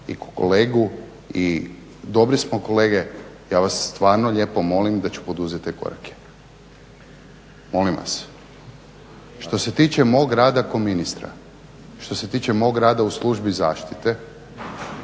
i kao kolegu i dobri smo kolege, ja vas stvarno lijepo molim da ću poduzeti te korake. Molim vas. Što se tiče mog rada ko ministra, što se tiče mog rada u službi zaštite